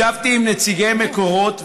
ישבתי עם נציגי מקורות,